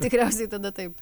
tikriausiai tada taip